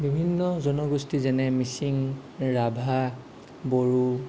বিভিন্ন জনগোষ্ঠী যেনে মিচিং ৰাভা বড়ো